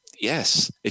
yes